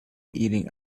eating